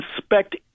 inspect